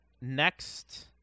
next